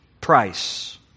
price